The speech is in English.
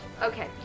Okay